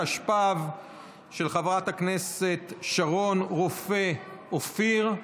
התשפ"ב 2021, של חברת הכנסת שרון רופא אופיר.